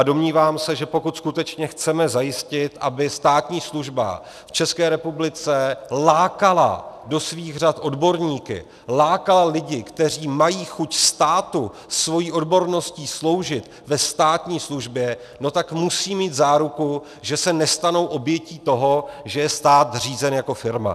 Domnívám se, že pokud skutečně chceme zajistit, aby státní služba v České republice lákala do svých řad odborníky, lákala lidi, kteří mají chuť státu svojí odborností sloužit ve státní službě, tak musí mít záruku, že se nestanou obětí toho, že je stát řízený jako firma.